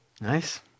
Nice